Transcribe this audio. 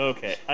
Okay